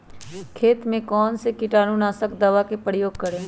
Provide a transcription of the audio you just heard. खेत में कौन से कीटाणु नाशक खाद का प्रयोग करें?